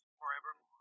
forevermore